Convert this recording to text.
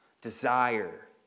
Desire